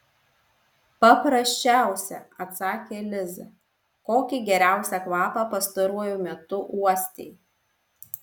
paprasčiausią atsakė liza kokį geriausią kvapą pastaruoju metu uostei